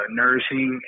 nursing